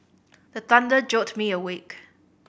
the thunder jolt me awake